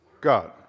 God